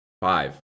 Five